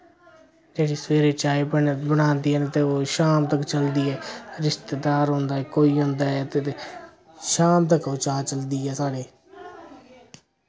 जेह्ड़ी सवेरे चाय बन बनांदियां न ते ओह् शाम तक चलदी ऐ रिश्तेदार औंदा कोई औंदा ऐ ते शाम तक ओ चाह् चलदी ऐ साढ़े